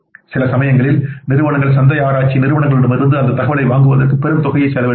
சில சமயங்களில் நிறுவனங்கள் சந்தை ஆராய்ச்சி நிறுவனங்களிடமிருந்து அந்த தகவலை வாங்குவதற்கு பெரும் தொகையை செலவிடுகின்றன